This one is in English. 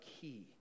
key